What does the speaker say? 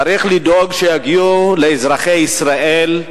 צריך לדאוג שיגיעו לאזרחי ישראל,